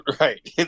Right